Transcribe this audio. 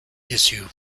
issue